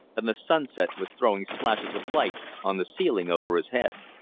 and the sunset was throwing splashes of light on the ceiling over his head.